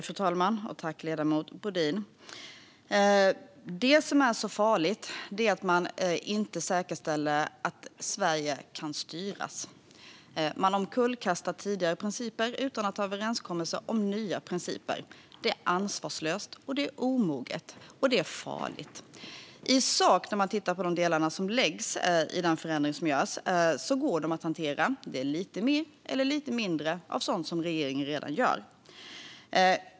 Fru talman! Det som är så farligt är att man inte säkerställer att Sverige kan styras. Man omkullkastar tidigare principer utan att ha överenskommelser om nya principer. Det är ansvarslöst, omoget och farligt. I sak när man tittar på de delarna som läggs fram i den förändring som görs går de att hantera. Det är lite mer eller lite mindre av sådant som regeringen redan gör.